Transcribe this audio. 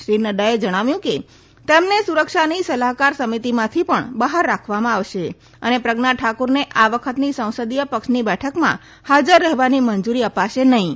શ્રી નફાએ જણાવ્યું કે તેમને સુરક્ષાની સલાહકાર સમિતિમાંથી પણ બહાર રાખવામાં આવશે અને પ્રજ્ઞા ઠાકુરને આ વખતની સંસદીય પક્ષની બેઠકમાં હાજર રહેવાની મંજૂરી અપાશે નહીં